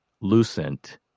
Lucent